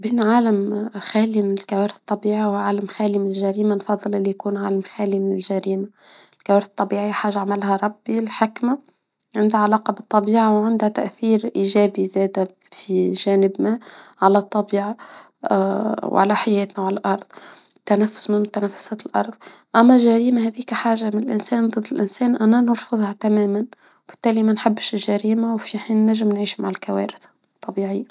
بين عالم خالي من الكوارث الطبيعي وعالم خالي من الجريمة نفضل اللي يكون عالم خالي من الجريمة. الكوارث الطبيعية حاجة عملها ربي الحكمة. عندها علاقة بالطبيعة وعندها تأثير ايجابي زادت في جانبنا على الطبيعة. اه وعلى حياتنا عالارض. تنفس اما جريمة هاديك حاجة من انسان ضد الانسان انا نرفضها تماما. وبالتالي ما نحبش الجريمة وفي حين نجم نعيش مع الكوارث الطبيعية